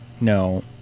No